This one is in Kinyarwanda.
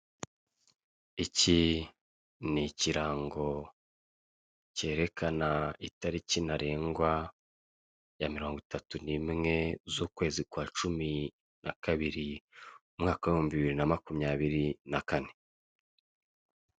Iki ni ikirango kerekana itariki ntarengwa ya mirongo itatu nimwe z'ukwezi kwa cumi na kabiri umwaka w'ibihumbi bibiri namakumyabiri na kane.